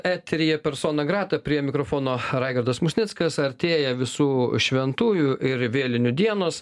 eteryje persona grata prie mikrofono raigardas musnickas artėja visų šventųjų ir vėlinių dienos